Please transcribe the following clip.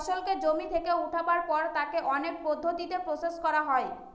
ফসলকে জমি থেকে উঠাবার পর তাকে অনেক পদ্ধতিতে প্রসেস করা হয়